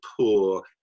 poor